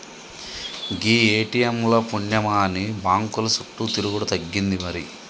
గీ ATM ల పుణ్యమాని బాంకుల సుట్టు తిరుగుడు తగ్గింది మరి